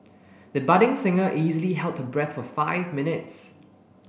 the budding singer easily held her breath for five minutes